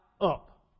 up